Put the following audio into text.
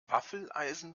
waffeleisen